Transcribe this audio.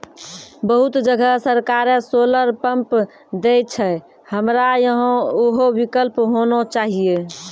बहुत जगह सरकारे सोलर पम्प देय छैय, हमरा यहाँ उहो विकल्प होना चाहिए?